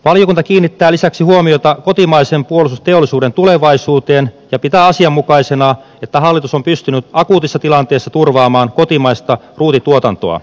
valiokunta kiinnittää lisäksi huomiota kotimaisen puolustusteollisuuden tulevaisuuteen ja pitää asianmukaisena että hallitus on pystynyt akuutissa tilanteessa turvaamaan kotimaista ruutituotantoa